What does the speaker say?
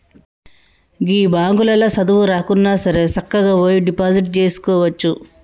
గీ బాంకులల్ల సదువు రాకున్నాసరే సక్కగవోయి డిపాజిట్ జేసుకోవచ్చు